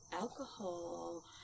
alcohol